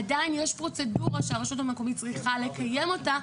עדיין יש פרוצדורה שהרשות המקומית צריכה לקיים אותה,